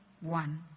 one